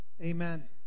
Amen